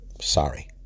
Sorry